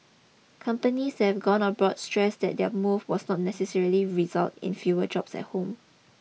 companies that've gone abroad stressed that their move will not necessarily result in fewer jobs at home